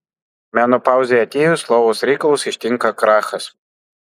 menopauzei atėjus lovos reikalus ištinka krachas